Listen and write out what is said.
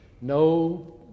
no